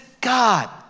God